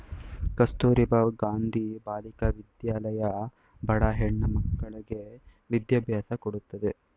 ಕಸ್ತೂರಬಾ ಗಾಂಧಿ ಬಾಲಿಕಾ ವಿದ್ಯಾಲಯ ಬಡ ಹೆಣ್ಣ ಮಕ್ಕಳ್ಳಗೆ ವಿದ್ಯಾಭ್ಯಾಸ ಕೊಡತ್ತದೆ